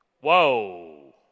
Whoa